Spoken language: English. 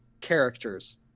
Characters